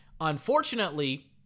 unfortunately